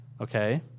okay